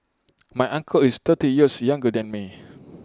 my uncle is thirty years younger than me